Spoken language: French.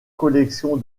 collection